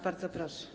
Bardzo proszę.